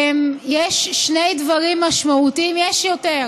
יש שני דברים משמעותיים, יש יותר,